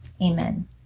amen